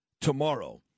tomorrow